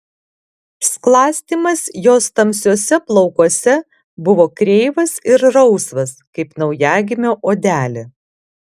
sklastymas jos tamsiuose plaukuose buvo kreivas ir rausvas kaip naujagimio odelė